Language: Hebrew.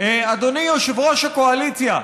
אדוני יושב-ראש הקואליציה,